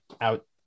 out